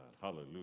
Hallelujah